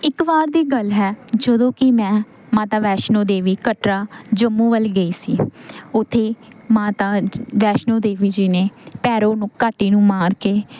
ਇੱਕ ਵਾਰ ਦੀ ਗੱਲ ਹੈ ਜਦੋਂ ਕਿ ਮੈਂ ਮਾਤਾ ਵੈਸ਼ਨੋ ਦੇਵੀ ਕਟਰਾ ਜੰਮੂ ਵੱਲ ਗਈ ਸੀ ਉੱਥੇ ਮਾਤਾ ਵੈਸ਼ਨੋ ਦੇਵੀ ਜੀ ਨੇ ਭੈਰੋ ਨੂੰ ਘਾਟੀ ਨੂੰ ਮਾਰ ਕੇ